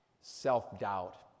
self-doubt